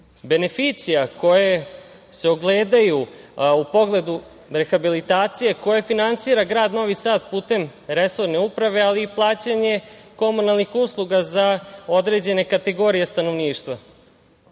beneficija koje se ogledaju u pogledu rehabilitacije koju finansira grad Novi Sad putem resorne uprave, ali i plaćanje komunalnih usluga za određene kategorije stanovništva.Međutim,